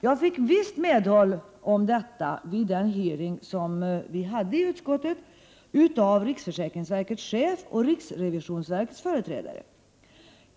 Jag fick visst medhåll i detta av riksförsäkringsverkets chef och riksrevisionsverkets företrädare vid den hearing som vi hade i utskottet.